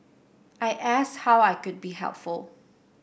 I ask how I could be helpful